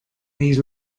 these